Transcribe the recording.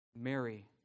Mary